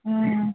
ہاں